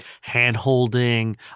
Hand-holding